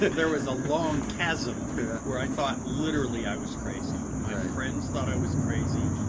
there was a long chasm where i thought literally i was crazy. my friends thought i was crazy.